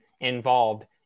involved